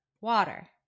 Water